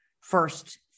first